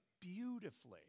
beautifully